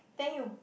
then you